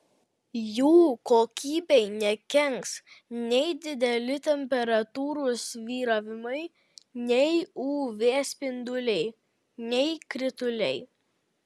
jų kokybei nekenks nei dideli temperatūrų svyravimai nei uv spinduliai nei krituliai